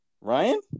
Ryan